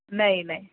नाही नाही